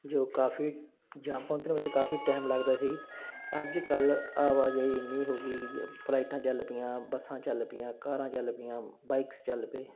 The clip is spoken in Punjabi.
ਜੋ ਕਾਫੀ ਜਾਂ ਪਹੁੰਚਣ ਵਿੱਚ ਕਾਫੀ ਟਾਈਮ ਲੱਗਦਾ ਸੀ ਅੱਜ ਕੱਲ੍ਹ ਆਵਾਜਾਈ ਇੰਨੀ ਹੋ ਗਈ ਜੀ ਫਲਾਈਟਾਂ ਚੱਲ ਪਈਆਂ ਬੱਸਾਂ ਚੱਲ ਪਈਆਂ ਕਾਰਾਂ ਚੱਲ ਪਈਆਂ ਬਾਈਕਸ ਚੱਲ ਪਏ